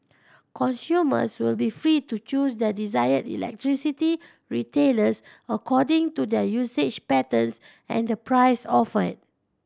consumers will be free to choose their desired electricity retailers according to their usage patterns and the price offered